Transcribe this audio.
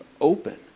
open